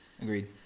Agreed